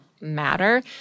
matter